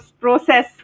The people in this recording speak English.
process